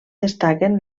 destaquen